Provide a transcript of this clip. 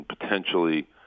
potentially